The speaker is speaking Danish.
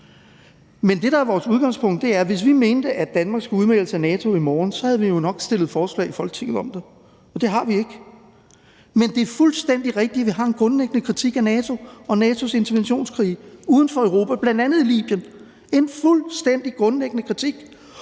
at hvis vi mente, at Danmark skulle udmeldes af NATO i morgen, så havde vi jo nok fremsat forslag om det i Folketinget, og det har vi ikke. Men det er fuldstændig rigtigt, at vi har en grundlæggende kritik af NATO og NATO's interventionskrige uden for Europa, bl.a. i Libyen – en fuldstændig grundlæggende kritik.